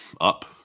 up